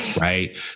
Right